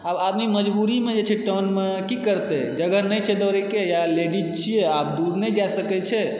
आब आदमी मजबूरी मे जे छै टाउनमे की करतै जगह नहि छै दौड़े के लेडीज छियै आ दूर नहि जाए सकै छै